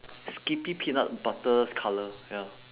skippy peanut butter's colour ya